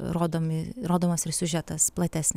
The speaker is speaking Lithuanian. rodomi rodomas ir siužetas platesnis